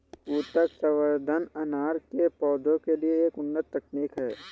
ऊतक संवर्धन अनार के पौधों के लिए एक उन्नत तकनीक है